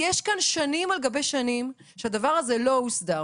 יש כאן שנים על גבי שנים שהדבר הזה לא הוסדר.